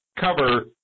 cover